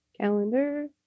Calendar